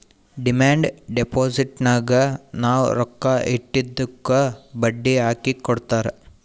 demand ಡಿಪೋಸಿಟ್ನಾಗ್ ನಾವ್ ರೊಕ್ಕಾ ಇಟ್ಟಿದ್ದುಕ್ ಬಡ್ಡಿ ಹಾಕಿ ಕೊಡ್ತಾರ್